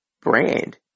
brand